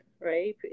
right